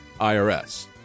IRS